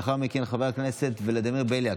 ולאחר מכן חבר הכנסת ולדימיר בליאק,